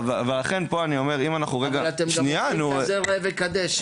אבל אתם גם אומרים כזה ראה וקדש.